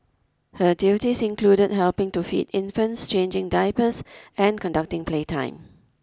her duties included helping to feed infants changing diapers and conducting playtime